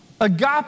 Agape